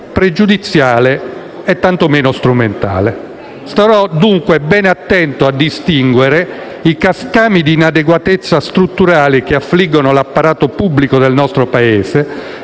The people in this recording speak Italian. pregiudiziale e tantomeno strumentale. Starò dunque ben attento a distinguere i cascami di inadeguatezze strutturali che affliggono l'apparato pubblico del nostro Paese